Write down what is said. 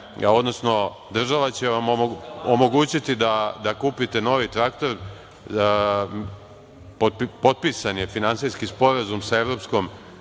odnosno država će vam omogućiti da kupite novi traktor. Potpisan je finansijski sporazum sa Evropskom